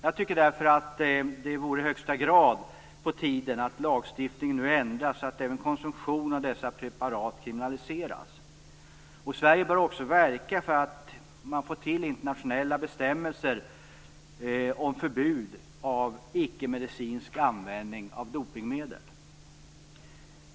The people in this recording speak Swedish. Jag tycker därför att det vore i högsta grad på tiden att lagstiftningen nu ändras så att även konsumtion av dessa preparat kriminaliseras. Sverige bör också verka för att få till stånd internationella bestämmelser om förbud för ickemedicinsk användning av dopningsmedel.